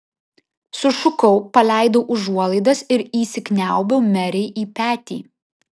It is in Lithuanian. sušukau paleidau užuolaidas ir įsikniaubiau merei į petį